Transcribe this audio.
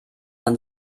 man